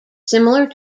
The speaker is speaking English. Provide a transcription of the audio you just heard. similar